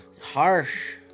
Harsh